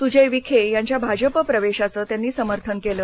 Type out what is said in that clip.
सुजय विखे यांच्या भाजप प्रवेशाचं त्यांनी समर्थन केलं